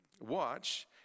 watch